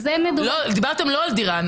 לא דיברתם על דירה.